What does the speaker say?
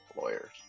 lawyers